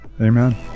Amen